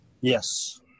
Yes